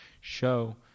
show